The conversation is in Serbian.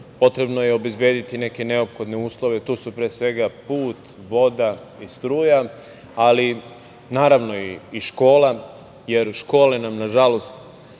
potrebno je obezbediti neke neophodne uslove. To su pre svega put, voda i struja, ali naravno i škola, jer škole nam nažalost